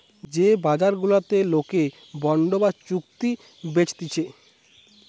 যে বাজার গুলাতে লোকে বন্ড বা চুক্তি বেচতিছে